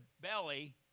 belly